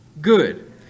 good